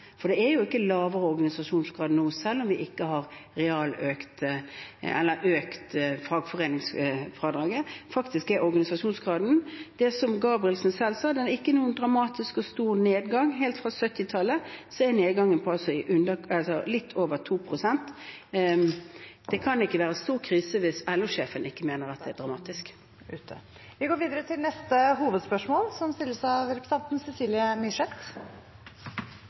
for det er jo ikke lavere organisasjonsgrad nå, selv om vi ikke har økt fagforeningsfradraget. Når det gjelder organisasjonsgraden, er det – som Hans-Christian Gabrielsen i LO sa – faktisk ikke noen dramatisk og stor nedgang. Helt fra 1970-tallet har nedgangen vært på litt over 2 pst. Det kan ikke være en stor krise hvis LO-sjefen ikke mener at det er dramatisk. Vi går videre til neste hovedspørsmål. Budsjettet som